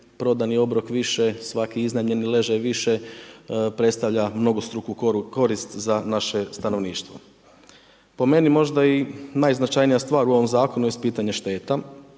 prodani obrok više svaki iznajmljeni ležaj više predstavlja mnogostruku korist za naše stanovništvo. Po meni, meni možda i najznačajnija stvar u ovom zakonu jest pitanje šteta,